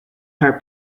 her